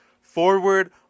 forward